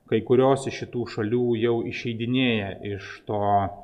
kai kurios iš šitų šalių jau išeidinėja iš to